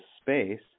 space